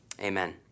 Amen